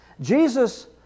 Jesus